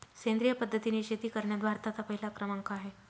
सेंद्रिय पद्धतीने शेती करण्यात भारताचा पहिला क्रमांक आहे